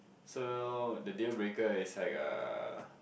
so the deal breaker is like uh